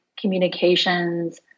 communications